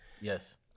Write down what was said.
yes